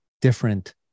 different